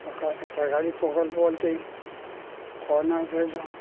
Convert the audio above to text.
সরকা সরকারি প্রকল্প বলতে কম আয়ের জন্য